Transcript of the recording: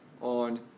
on